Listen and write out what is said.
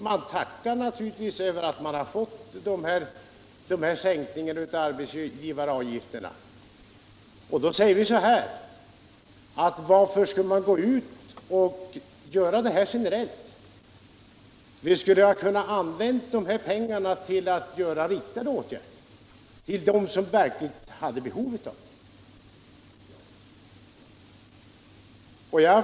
Man tackar naturligtvis för en sänkning av arbetsgivaravgiften. Vi säger så här: Varför skall man gå ut och göra det här generellt? Vi skulle kunna använda dessa pengar till riktade åtgärder för dem som verkligen hade behov därav.